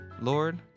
lord